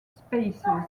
species